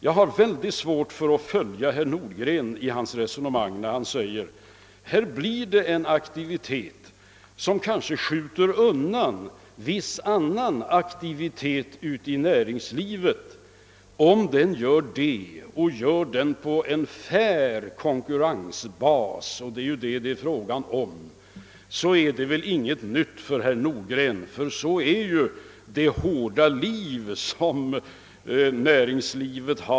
Jag har mycket svårt att följa herr Nordgren i hans resonemang, när han säger att här blir det en aktivitet som kanske skjuter undan viss annan aktivitet i näringslivet. Om den gör detta på en fair konkurrensbas — och det är vad det är fråga om — är detta väl ingenting nytt för herr Nordgren. Sådant är ju det hårda livet för näringslivet.